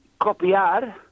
Copiar